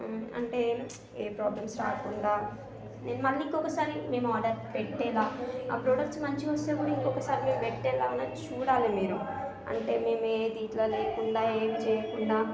అంటే ఏ ప్రాబ్లమ్స్ రాకుండా నేను మళ్ళీ ఇంకొకసారి మేము ఆర్డర్ పెట్టేలా ఆ ప్రొడక్ట్స్ మంచిగా వస్తే కూడా ఇంకొకసారి మేము పెట్టేలా అన్న చూడాలి మీరు అంటే మేము ఏది ఇట్లా లేకుండా ఏం చేయకుండా